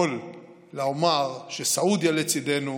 יכולים לומר שסעודיה לצידנו,